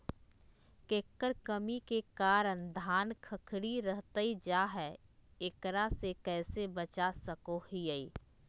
केकर कमी के कारण धान खखड़ी रहतई जा है, एकरा से कैसे बचा सको हियय?